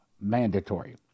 mandatory